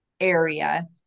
area